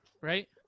right